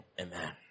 amen